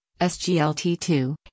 SGLT2